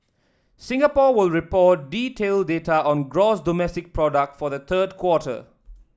Singapore will report detailed data on gross domestic product for the third quarter